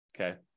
okay